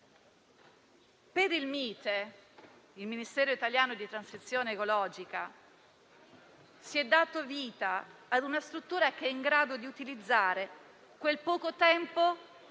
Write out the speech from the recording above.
Per il Mite, il Ministero della transizione ecologica, si è dato vita a una struttura che è in grado di utilizzare quel poco tempo